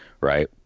Right